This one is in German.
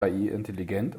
intelligent